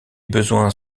besoins